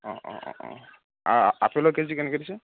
অঁ অঁ অঁ অঁ আ আপেলৰ কে জি কেনেকৈ দিছে